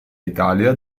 italia